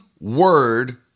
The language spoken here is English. word